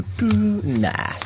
Nah